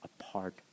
apart